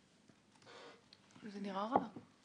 זה נראה רע.